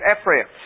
Ephraim